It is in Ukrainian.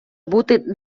бути